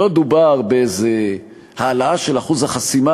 לא דובר באיזה העלאה של אחוז החסימה,